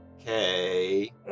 okay